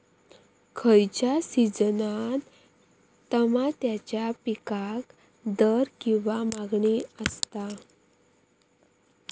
खयच्या सिजनात तमात्याच्या पीकाक दर किंवा मागणी आसता?